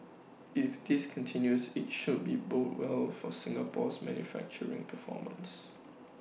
if this continues IT should be bode well for Singapore's manufacturing performance